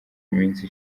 minsi